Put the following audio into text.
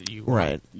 Right